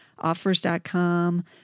Offers.com